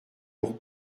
pour